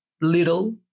little